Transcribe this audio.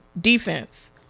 defense